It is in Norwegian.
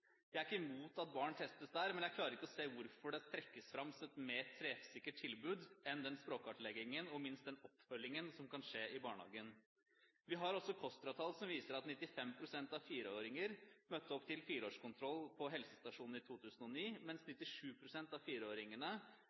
Jeg er ikke imot at barn testes der, men jeg klarer ikke å se hvorfor det trekkes fram som et mer treffsikkert tilbud enn den språkkartleggingen, og ikke minst den oppfølgingen, som kan skje i barnehagen. Vi har også KOSTRA-tall som viser at 95 pst. av fireåringene møtte opp til fireårskontroll på helsestasjonen i 2009, mens 97 pst. av fireåringene